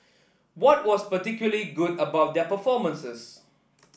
what was particularly good about their performances